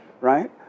Right